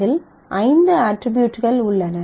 அதில் 5 அட்ரிபியூட்கள் உள்ளன